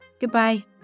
Goodbye